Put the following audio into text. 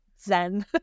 zen